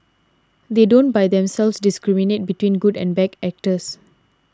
they don't by themselves discriminate between good and bad actors